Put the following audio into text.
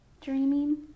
dreaming